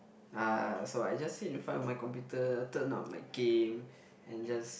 uh so I just sit in front of my computer turn up my game and just